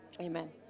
Amen